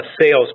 sales